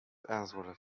answered